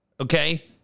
okay